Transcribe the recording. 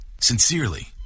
Sincerely